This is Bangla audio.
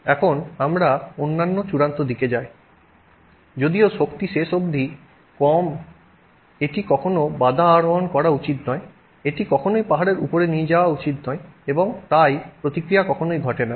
এখন আমরা অন্যান্য চূড়ান্ত দিকে যাই যদিও শক্তি শেষ অবধি কম এটি কখনও বাধা আরোহণ করা উচিত নয় এটি কখনই পাহাড়ের উপর দিয়ে যাওয়া উচিত নয় এবং তাই প্রতিক্রিয়া কখনই ঘটে না